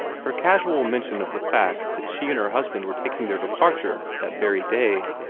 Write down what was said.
her casual mention of the fact that she and her husband were taking their departure that very day,